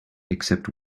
except